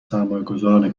سرمایهگذاران